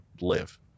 live